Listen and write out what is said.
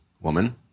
woman